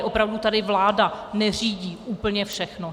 Opravdu tady vláda neřídí úplně všechno.